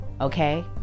okay